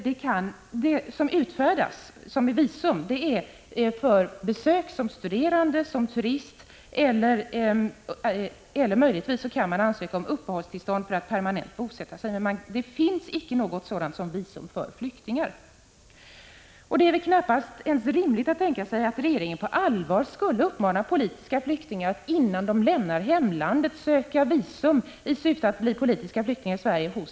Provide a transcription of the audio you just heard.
Det visum som utfärdas gäller för besök som studerande eller som turist. Möjligtvis kan man ansöka om uppehållstillstånd för att permanent bosätta sig. Det är väl knappast rimligt att tänka sig att regeringen på allvar skulle uppmana politiska flyktingar att, innan de lämnar hemlandet, söka visum hos den svenska ambassaden i syfte att bli politiska flyktingar i Sverige.